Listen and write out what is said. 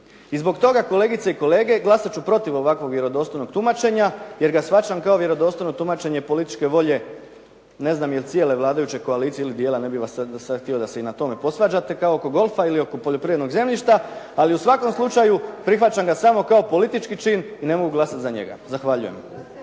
I zbog toga, kolegice i kolege, glasati ću protiv ovakvog vjerodostojnog tumačenja jer ga shvaćam kao vjerodostojno tumačenje političke volje, ne znam je li cijele vladajuće koalicije ili dijela, ne bih sad htio da se i na tome posvađate kao oko golfa ili oko poljoprivrednog zemljišta, ali u svakom slučaju, prihvaćam ga samo kao politički čin i ne mogu glasati za njega. Zahvaljujem.